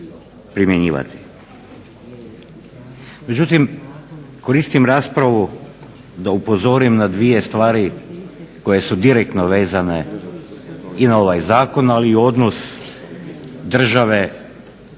Međutim, koristim raspravu da upozorim na dvije stvari koje su direktno vezane i na ovaj zakon ali i odnos države